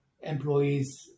Employees